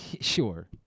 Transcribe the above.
Sure